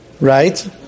Right